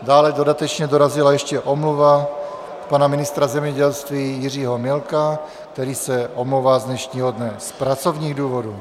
Dále ještě dodatečně dorazila omluva pana ministra zemědělství Jiřího Milka, který se omlouvá z dnešního dne z pracovních důvodů.